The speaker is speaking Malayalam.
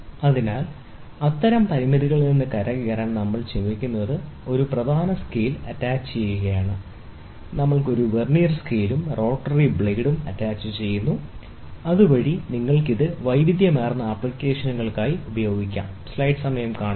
അതിനാൽ അത്തരം പരിമിതികളിൽ നിന്ന് കരകയറാൻ നമ്മൾ ചെയ്യുന്നത് ഒരു പ്രധാന സ്കെയിൽ അറ്റാച്ചുചെയ്യുകയാണ് നമ്മൾ ഒരു വെർനിയർ സ്കെയിലും റോട്ടറി ബ്ലേഡും അറ്റാച്ചുചെയ്യുന്നു അതുവഴി നിങ്ങൾക്ക് ഇത് വൈവിധ്യമാർന്ന അപ്ലിക്കേഷനുകൾക്കായി ഉപയോഗിക്കാൻ ശ്രമിക്കാം